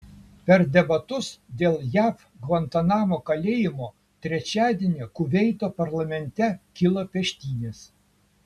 per debatus dėl jav gvantanamo kalėjimo trečiadienį kuveito parlamente kilo peštynės